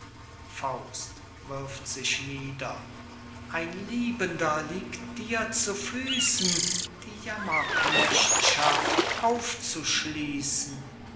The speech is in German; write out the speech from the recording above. nieder ein liebender liegt dir zu füßen die jammerknechtschaft aufzuschließen